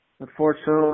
Unfortunately